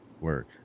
Work